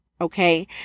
Okay